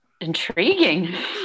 intriguing